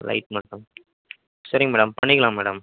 right madam சரிங்க madam பண்ணிக்கலாம் madam